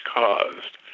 caused